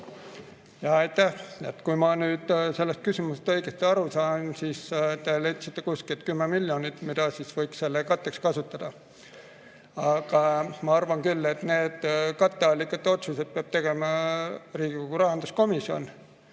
aitäh! Kui ma nüüd sellest küsimusest õigesti aru sain, siis te leidsite kuskilt 10 miljonit, mida võiks selle katteks kasutada. Aga ma arvan küll, et need katteallikate otsused peab tegema Riigikogu rahanduskomisjon.